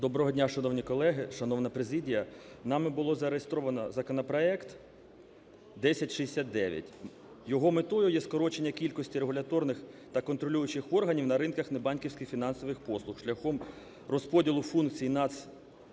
Доброго дня, шановні колеги, шановна президія! Нами було зареєстровано законопроект 1069. Його метою є скорочення кількості регуляторних та контролюючих органів на ринках небанківських фінансових послуг шляхом розподілу функцій Нацфінпослуг